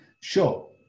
Sure